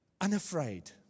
unafraid